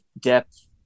depth